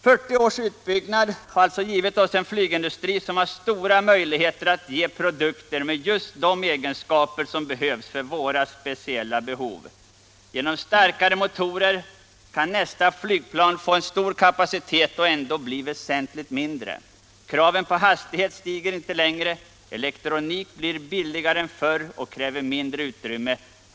40 års uppbyggnad har alltså givit oss en flygindustri som har stora möjligheter att framställa produkter med just de egenskaper som behövs för våra speciella behov. Genom starkare motorer kan nästa flygplan få stor kapacitet och ändå bli väsentligt mindre. Kraven på hastighet stiger inte längre. Elektronik blir billigare än förr och kräver mindre utrymme.